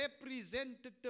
representative